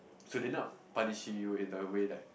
so they are not punishing you in a way like